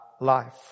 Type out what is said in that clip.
life